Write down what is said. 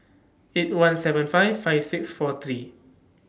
eight one seven five five six four three